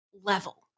level